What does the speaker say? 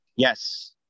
Yes